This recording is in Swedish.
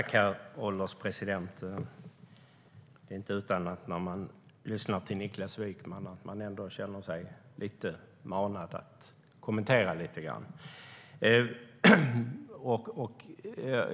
Herr ålderspresident! När jag lyssnar till Niklas Wykman är det inte utan att jag känner mig lite manad att kommentera lite grann.